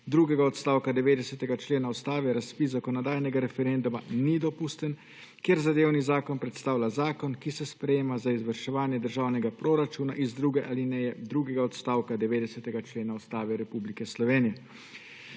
drugega odstavka 90. člena Ustave razpis zakonodajnega referenduma ni dopusten, ker zadevni zakon predstavlja zakon, ki se sprejema za izvrševanje državnega proračuna iz druge alineje drugega odstavka 90. člena Ustave Republike Slovenije.